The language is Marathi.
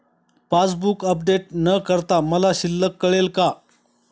पासबूक अपडेट न करता मला शिल्लक कळेल का?